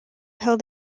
held